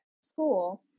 school